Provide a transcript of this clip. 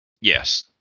Yes